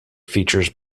features